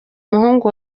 umuhungu